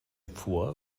vor